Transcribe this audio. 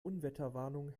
unwetterwarnung